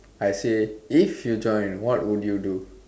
I say if you join what would you do